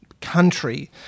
country